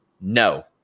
No